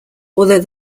although